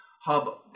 hub